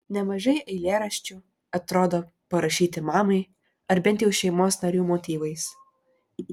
nemažai eilėraščių atrodo parašyti mamai ar bent jau šeimos narių motyvais